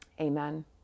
Amen